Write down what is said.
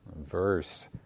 verse